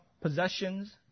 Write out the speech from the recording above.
possessions